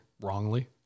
wrongly